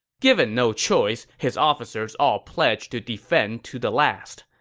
given no choice, his officers all pledged to defend to the last.